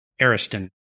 Ariston